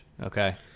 okay